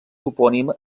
topònim